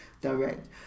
direct